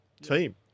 team